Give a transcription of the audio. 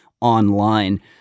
online